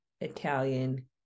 Italian